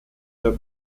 der